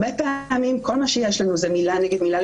כל מה שיש לנו זה מילה נגד מילה,